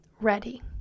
ready